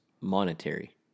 monetary